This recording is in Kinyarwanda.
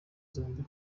zombi